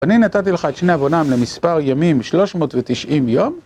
אני נתתי לך את שני עוונם למספר ימים 390 יום